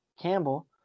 Campbell